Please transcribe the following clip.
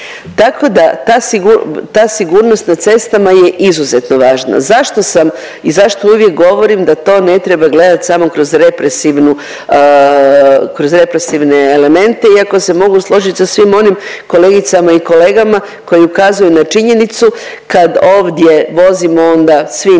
Tako da ta, ta sigurnost na cestama je izuzetno važna. Zašto sam i zašto uvijek govorim da to ne treba gledat samo kroz represivnu, kroz represivne elemente iako se mogu složit sa svim onim kolegicama i kolegama koji ukazuju na činjenicu kad ovdje vozimo onda svi